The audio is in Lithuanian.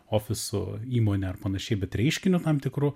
ofisų įmonė ar panašiai bet reiškiniu tam tikru